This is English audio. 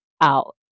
out